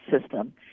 system